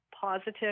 positive